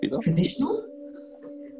traditional